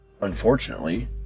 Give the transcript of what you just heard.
unfortunately